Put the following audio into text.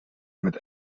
mit